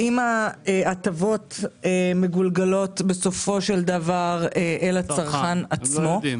האם ההטבות מגולגלות בסופו של דבר, אל הצרכן עצמו?